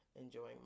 enjoying